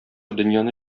дөньяны